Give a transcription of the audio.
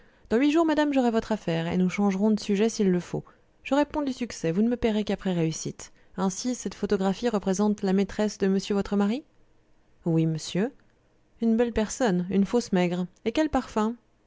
dans huit jours madame j'aurai votre affaire et nous changerons de sujet s'il le faut je réponds du succès vous ne me payerez qu'après réussite ainsi cette photographie représente la maîtresse de monsieur votre mari oui monsieur une belle personne une fausse maigre et quel parfum